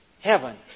Heaven